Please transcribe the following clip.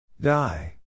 Die